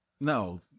No